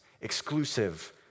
exclusive